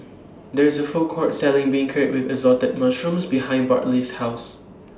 There IS A Food Court Selling Beancurd with Assorted Mushrooms behind Bartley's House